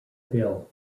hill